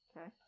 Okay